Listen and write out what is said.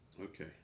Okay